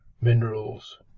Minerals